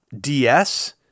DS